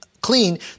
clean